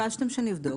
ביקשתם שנבדוק.